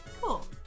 Cool